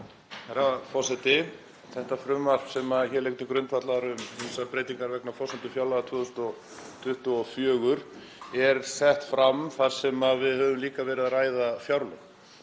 Þetta frumvarp sem hér liggur til grundvallar um ýmsar breytingar vegna forsenda fjárlaga 2024 er sett fram þar sem við höfum líka verið að ræða fjárlög